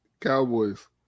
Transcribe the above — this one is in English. Cowboys